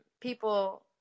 people